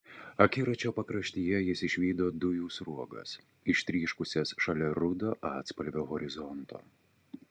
akiračio pakraštyje jis išvydo dujų sruogas ištryškusias šalia rudo atspalvio horizonto